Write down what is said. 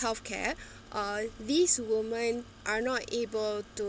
health care uh these women are not able to